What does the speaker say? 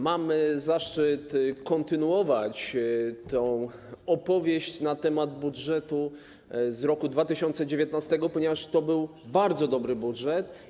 Mam zaszczyt kontynuować tę opowieść na temat budżetu z roku 2019, ponieważ to był bardzo dobry budżet.